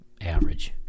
Average